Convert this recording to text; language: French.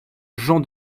jean